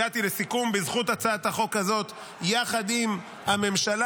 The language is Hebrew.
הגעתי לסיכום בזכות הצעת החוק הזאת יחד עם הממשלה,